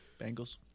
Bengals